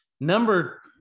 number